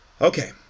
Okay